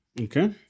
Okay